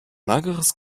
mageres